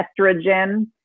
estrogen